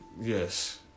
Yes